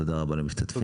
תודה רבה למשתתפים.